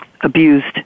abused